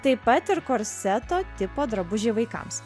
taip pat ir korseto tipo drabužiai vaikams